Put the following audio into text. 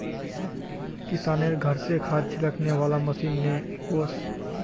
किशनेर घर स खाद छिड़कने वाला मशीन ने वोस